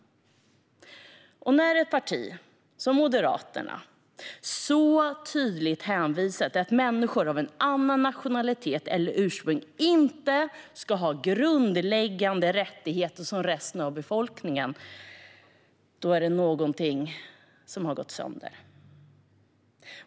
När ett parti som Moderaterna så tydligt menar att människor av en annan nationalitet eller ett annat ursprung inte ska ha samma grundläggande rättigheter som resten av befolkningen är det någonting som har gått sönder.